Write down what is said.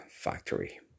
factory